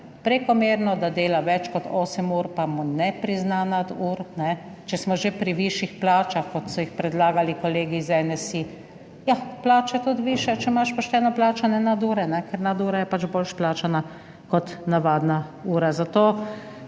prekomerno, da dela več kot osem ur, pa mu ne prizna nadur, kajne, če smo že pri višjih plačah, kot so jih predlagali kolegi iz NSi; ja, plača je tudi višja, če imaš pošteno plačane nadure, kajne, ker nadura je pač boljše plačana kot navadna ura.